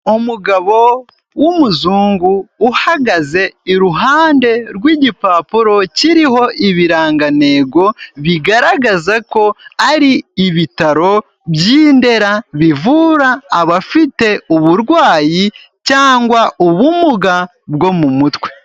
Umugabo w'umuzungu uhagaze iruhande rw'igipapuro kiriho ibirangantego bigaragaza ko ari ibitaro by'Indera bivura abafite uburwayi cyangwa ubumuga bwo mu mutwe.